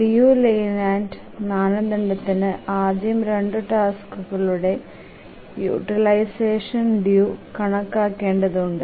Liu Layland മാനദണ്ഡത്തിന് ആദ്യം 2 ടാസ്ക്കുകളുടെ യൂട്ടിലൈസഷൻ ഡ്യൂ കണക്കാക്കേണ്ടതുണ്ട്